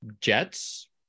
Jets